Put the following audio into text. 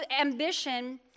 ambition